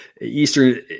Eastern